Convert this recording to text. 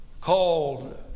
called